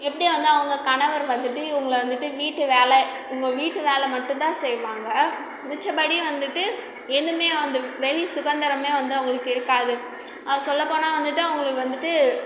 எப்படி வந்து அவங்க கணவர் வந்துட்டு இவங்கள வந்துவிட்டு வீட்டு வேலை இவங்க வீட்டு வேலை மட்டும்தான் செய்வாங்க மிச்சபடி வந்துவிட்டு எதுவுமே வந்து வெளி சுகந்திரமே வந்து அவங்களுக்கு இருக்காது சொல்லப் போனால் வந்துவிட்டு அவங்களுக்கு வந்துவிட்டு